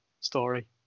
story